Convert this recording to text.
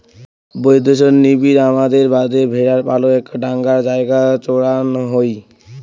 বৈদ্যাশত নিবিড় আবাদের বাদে ভ্যাড়ার পালক একটা ডাঙর জাগাত চড়ান হই